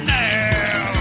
now